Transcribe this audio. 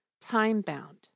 time-bound